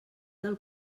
del